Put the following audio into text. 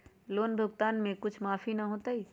Loan भुगतान में कुछ माफी न होतई?